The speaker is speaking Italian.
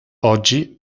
oggi